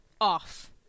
off